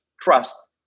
trust